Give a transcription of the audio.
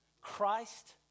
Christ